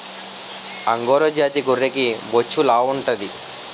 angora జాతి గొర్రెకి బొచ్చు లావుంటాది